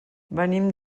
venim